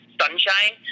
sunshine